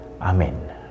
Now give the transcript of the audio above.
Amen